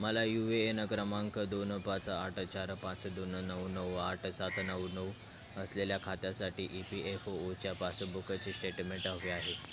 मला U A N क्रमांक दोन पाच आठ चार पाच दोन नऊ नऊ आठ सात नऊ नऊ असलेल्या खात्यासाठी ई पी एफ ओ ओच्या पासबुकची स्टेटमेंट हवी आहे